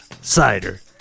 Cider